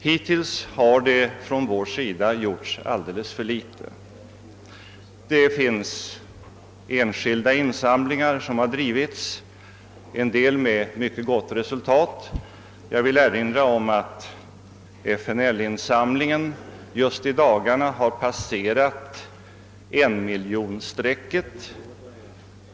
Hittills har det från vår sida gjorts alldeles för litet. Det har gjorts enskilda insamlingar, en del med mycket gott resultat. Jag vill erinra om att FNL-insamlingen just i dagarna har passerat enmiljonstrecket.